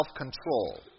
self-control